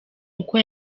uko